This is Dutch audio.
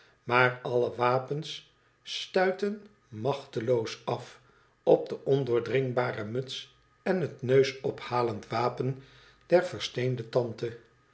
maar alle wapens stuiten machteloos af op de ondoordringbare muts en het neusophalend wapen der versteende tante